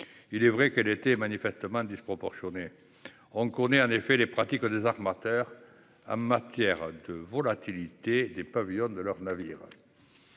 Il est vrai qu'elle était manifestement disproportionnée. On connaît les pratiques des armateurs en matière de volatilité des pavillons de leurs navires